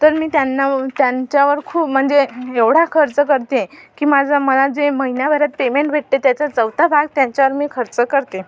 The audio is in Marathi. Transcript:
तर मी त्यांना त्यांच्यावर खूप म्हणजे एवढा खर्च करते की माझं मला जे महिन्याभरात पेमेंट भेटते त्याचा चौथा भाग त्यांच्यावर मी खर्च करते